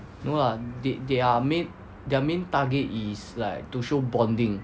no lah they their main their main target is like to show bonding